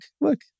look